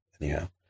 anyhow